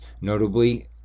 notably